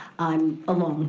i'm alone.